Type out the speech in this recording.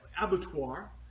abattoir